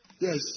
Yes